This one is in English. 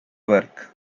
work